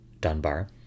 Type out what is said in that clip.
Dunbar